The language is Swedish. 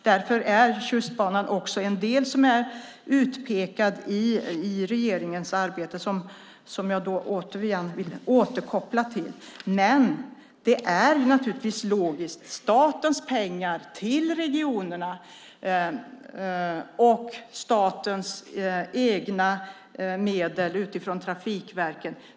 Därför är Tjustbanan en del som är utpekad i regeringens arbete, som jag då återigen vill återkoppla till. Men det här är naturligtvis logiskt när det gäller statens pengar till regionerna och statens egna medel utifrån trafikverken.